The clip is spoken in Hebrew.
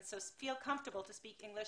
אז תרגישו חופשי לדבר באנגלית.